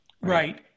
Right